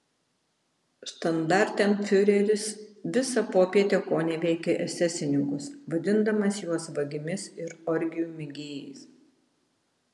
štandartenfiureris visą popietę koneveikė esesininkus vadindamas juos vagimis ir orgijų mėgėjais